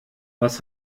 was